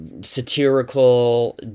satirical